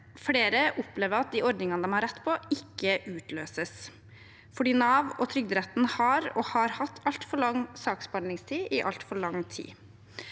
flere opplever at de ordningene de har rett på, ikke utløses fordi Nav og Trygderetten har og har hatt altfor lang saksbehandlingstid i altfor lang tid.